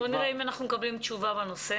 בוא נשמע אם אנחנו מקבלים תשובה בנושא.